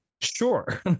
sure